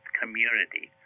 community